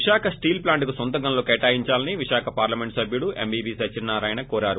Visakha steel plant కు నొంతగనులు కేటాయించాలని విశాఖ పార్లమెంటు సబ్బుడు ఎంవీవీ సత్యనారాయణ కోరారు